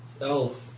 Elf